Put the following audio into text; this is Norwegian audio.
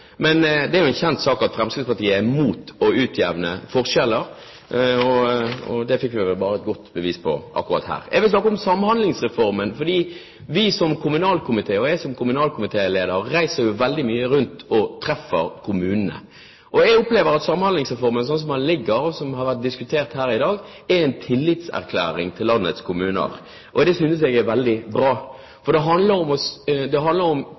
Men det er en kjent sak at Fremskrittspartiet er imot å utjevne forskjeller. Det vi fikk høre her, er bare et godt bevis på akkurat det. Jeg vil snakke om Samhandlingsreformen. Vi i kommunalkomiteen og jeg som kommunalkomitéleder reiser veldig mye rundt og treffer representanter for kommunene. Jeg opplever at Samhandlingsreformen slik den foreligger, som har vært diskutert her i dag, er en tillitserklæring til landets kommuner. Det synes jeg er veldig bra. Det handler om